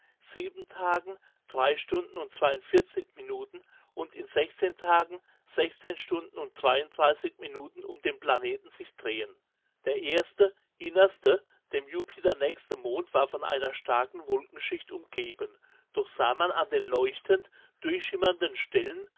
tagen stunden und minuten und in tagen stunden und minuten um den planeten sich drehen der erste innerste dem jupiter nächste mond war von einer starken wolkenschicht umgeben doch sah man an den leuchtend durchschimmernden stellen